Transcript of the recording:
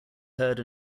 heard